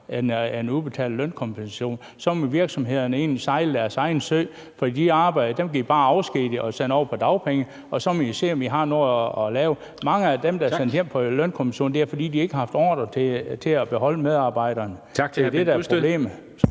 at udbetale lønkompensation? Så må virksomhederne egentlig sejle deres egen sø, for de arbejdere kan de bare afskedige og sende over på dagpenge, og så må de se, om de har noget at lave. Når mange af medarbejderne er sendt hjem på lønkompensation, er det, fordi man ikke har haft ordrer nok til at beholde dem. (Formanden (Henrik Dam